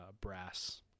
brass